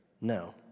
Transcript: No